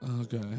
Okay